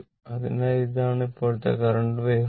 അതിനാൽ ഇതാണ് ഇപ്പോഴത്തെ കറന്റ് വാവേഫോം